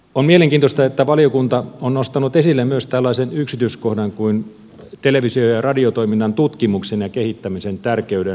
on mielenkiintoista että valiokunta on nostanut esille myös tällaisen yksityiskohdan kuin televisio ja radiotoiminnan tutkimuksen ja kehittämisen tärkeyden